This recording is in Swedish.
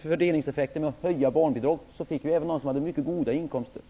fördelningseffekten med att höja barnbidraget, det gynnande ju även dem som hade mycket goda inkomster.